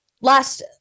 last